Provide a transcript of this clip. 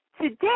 Today